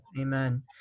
Amen